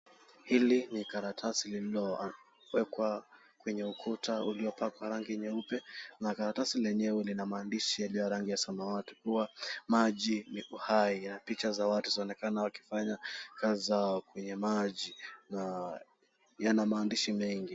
Hili ni karatasi lililowekwa kwenye ukuta uliopakwa rangi nyeupe na karatasi lenyewe lina maandishi yaliyo ya rangi ya samawati kuwa, maji ni uhai yana picha za watu zinaonekana wakifanya kazi zao kwenye maji na yana maandishi mengi.